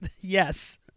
Yes